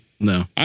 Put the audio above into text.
No